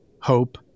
Hope